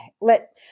let